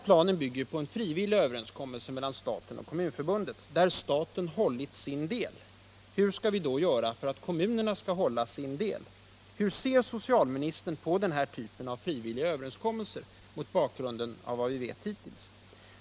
Planen bygger ju på en frivillig överenskommelse mellan staten och Kommunförbundet, där staten hållit sin del. Hur skall vi då göra för att kommunerna skall hålla sin? Och hur ser socialministern på den här typen av frivilliga överenskommelser mot bakgrunden av vad vi vet hittills?